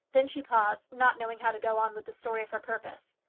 then she paused, not knowing how to go on with the story of her purpose.